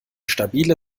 stabile